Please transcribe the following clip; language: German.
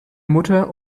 mutter